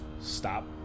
stop